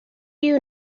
you